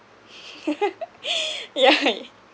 yeah